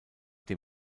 dem